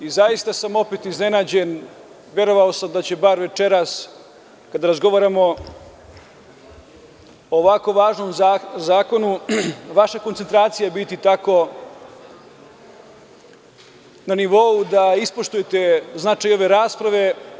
Zaista sam opet iznenađen, verovao sam da će bar večeras, kada razgovaramo o ovako važnom zakonu, vaša koncentracija biti tako na nivou da ispoštujete značaj ove rasprave…